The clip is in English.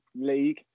league